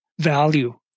value